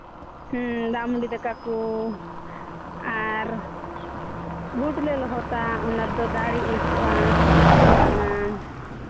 ᱦᱮᱸ ᱫᱟᱜ ᱢᱟᱹᱰᱤ ᱫᱟᱠᱟ ᱠᱚ ᱟᱨ ᱵᱷᱩᱴ ᱞᱮ ᱞᱚᱦᱚᱫᱟ ᱚᱱᱟᱫᱚ ᱫᱟᱲᱮ ᱟᱹᱭᱠᱟᱹᱜᱼᱟ ᱛᱷᱚᱲᱟ ᱜᱟᱱ